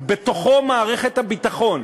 ובתוכו מערכת הביטחון